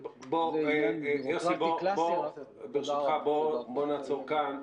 יוסי, ברשותך, בוא נעצור כאן.